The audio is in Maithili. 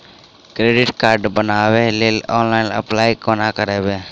क्रेडिट कार्ड बनाबै लेल ऑनलाइन अप्लाई कोना करबै?